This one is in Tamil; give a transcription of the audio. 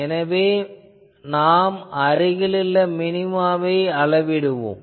எனவே நாம் அருகிலுள்ள மினிமாவை அளவிடுவோம்